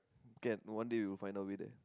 can one day we will find our way there